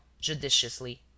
judiciously